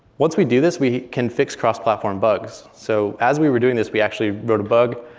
once we do this, we can fix cross-platform bugs. so as we were doing this, we actually wrote a bug.